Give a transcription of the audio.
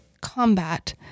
combat